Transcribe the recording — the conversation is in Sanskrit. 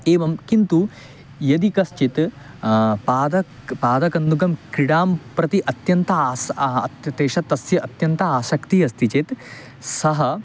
एवं किन्तु यदि कश्चित् पादक् पादकन्दुकं क्रिडां प्रति अत्यन्तम् आस् अत् तेष् तस्य अत्यन्तम् आसक्तिः अस्ति चेत् सः